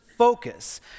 focus